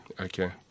Okay